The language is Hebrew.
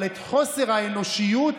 אבל את חוסר האנושיות,